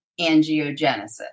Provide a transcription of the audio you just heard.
angiogenesis